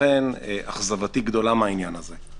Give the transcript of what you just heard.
לכן אכזבתי גדולה מהעניין הזה.